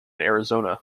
arizona